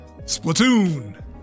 Splatoon